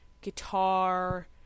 guitar